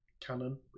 canon